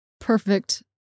perfect